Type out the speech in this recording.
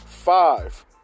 Five